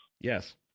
yes